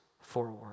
forward